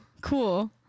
Cool